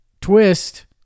twist